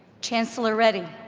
chancellor reddy,